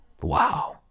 wow